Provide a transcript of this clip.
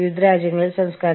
തൊഴിൽ ബന്ധങ്ങളുടെ ശ്രദ്ധ